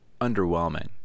underwhelming